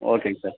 ஓகேங்க சார்